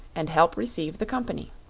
and help receive the company.